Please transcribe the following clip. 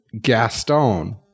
Gaston